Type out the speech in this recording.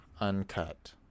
Uncut